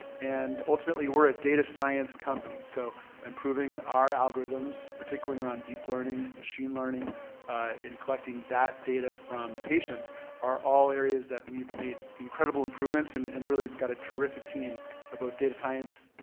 and ultimately we're a data science company, so improving our algorithms particularly around deep learning machine learning and collecting that data from the patients are all areas that we've made incredible improvements. and and really, we've got a terrific team about data science,